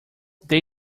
they